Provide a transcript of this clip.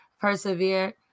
persevere